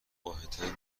واحدهای